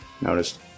noticed